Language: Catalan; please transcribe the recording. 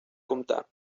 comptar